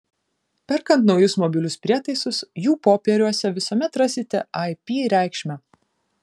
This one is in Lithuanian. perkant naujus mobilius prietaisus jų popieriuose visuomet rasite ip reikšmę